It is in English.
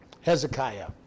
Hezekiah